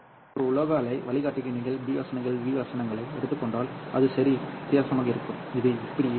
ஒரு உலோக அலை வழிகாட்டிக்கு நீங்கள் b வசனங்கள் V வசனங்களை எடுத்துக் கொண்டால் அது சற்று வித்தியாசமாக இருக்கும் இது இப்படி இருக்கும்